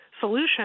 solution